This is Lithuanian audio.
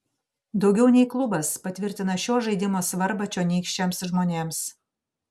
daugiau nei klubas patvirtina šio žaidimo svarbą čionykščiams žmonėms